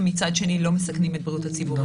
ומצד שני לא מסכנים את בריאות הציבור.